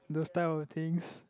those type of things